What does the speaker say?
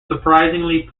surprisingly